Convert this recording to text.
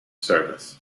service